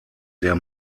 der